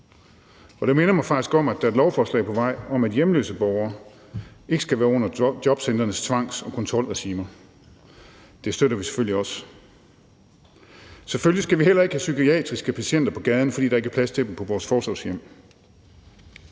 Det minder mig faktisk om, at der er et lovforslag på vej om, at hjemløse borgere ikke skal være under jobcentrenes tvangs- og kontrolregime. Det støtter vi selvfølgelig også. Selvfølgelig skal vi heller ikke have psykiatriske patienter på gaden, fordi der ikke er plads til dem på vores forsorgshjem.